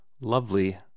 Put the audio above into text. Lovely